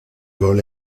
gol